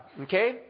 Okay